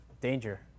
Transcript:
danger